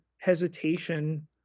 hesitation